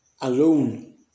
alone